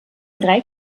drei